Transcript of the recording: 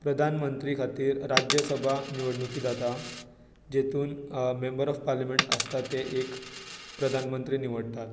प्रधानमंत्री खातीर राज्यसभा निवडणूकी जाता जातून मेंबर ऑफ पार्लिमेंट आसता ते एक प्रधान मंत्री निवडटा